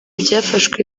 byafashwe